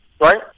right